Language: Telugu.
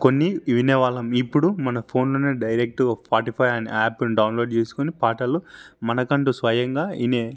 కొని వినేవాళ్ళం ఇప్పుడు మన ఫోన్లోనే డైరెక్ట్ స్పాటిఫై అనే యాప్ను డౌన్లోడ్ చేసుకుని పాటలు మనకంటూ స్వయంగా వినే